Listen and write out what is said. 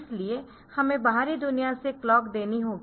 इसलिए हमें बाहरी दुनिया से क्लॉक देनी होगी